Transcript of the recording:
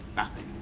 nothing.